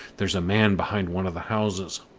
there's a man behind one of the houses.